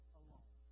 alone